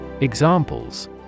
Examples